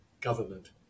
government